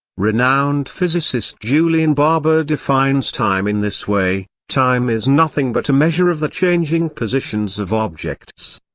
renowned physicist julian barbour defines time in this way time is nothing but a measure of the changing positions of objects.